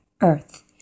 earth